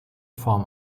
form